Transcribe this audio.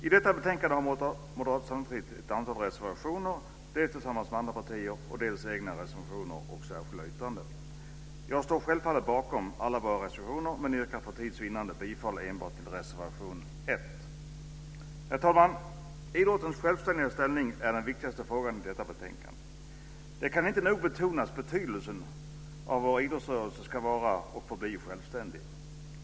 I detta betänkande har Moderata samlingspartiet ett antal reservationer dels tillsammans med andra partier, dels egna reservationer och särskilda yttranden. Jag står självfallet bakom alla våra reservationer men yrkar för tids vinnande bifall enbart till reservation 1. Herr talman! Idrottens självständiga ställning är den viktigaste frågan i detta betänkande. Det kan inte nog betonas betydelsen av att vår idrottsrörelse ska vara och förbli självständig.